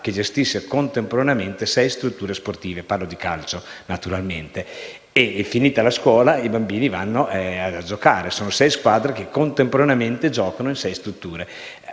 che gestisce contemporaneamente sei strutture sportive (parlo di calcio, naturalmente). Finita la scuola, i bambini vanno a giocare; ci sono sei squadre che contemporaneamente giocano in sei strutture.